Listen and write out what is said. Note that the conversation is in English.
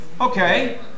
Okay